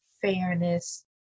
fairness